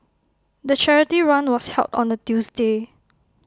the charity run was held on A Tuesday